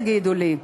תגידו לי.